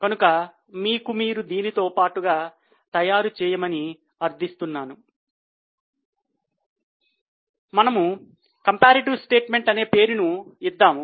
కనుక మీకు మీరు దానితో పాటుగా తయారు చేయమని అర్ధిస్తున్నాను